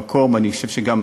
אני לא חושב שזה המקום,